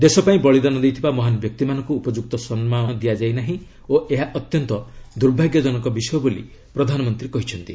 ଦେଶ ପାଇଁ ବଳିଦାନ ଦେଇଥିବା ମହାନ ବ୍ୟକ୍ତିମାନଙ୍କୁ ଉପଯୁକ୍ତ ସମ୍ମାନ ଦିଆଯାଇ ନାହିଁ ଓ ଏହା ଅତ୍ୟନ୍ତ ଦୁର୍ଭାଗ୍ୟଜନକ ବିଷୟ ବୋଲି ପ୍ରଧାନମନ୍ତ୍ରୀ କହିଛନ୍ତି